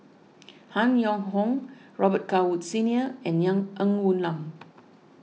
Han Yong Hong Robet Carr Woods Senior and young Ng Woon Lam